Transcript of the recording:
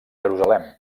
jerusalem